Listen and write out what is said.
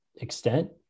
extent